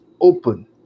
open